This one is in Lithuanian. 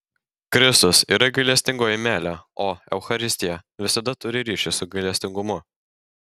kristus yra gailestingoji meilė o eucharistija visada turi ryšį su gailestingumu